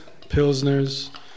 pilsners